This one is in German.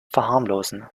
verharmlosen